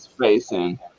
facing